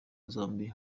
zambia